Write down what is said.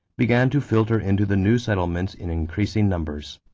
began to filter into the new settlements in increasing numbers.